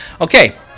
Okay